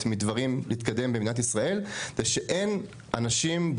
מדברים להתקדם במדינת ישראל זה שאין אנשים,